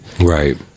Right